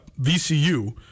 VCU